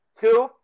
two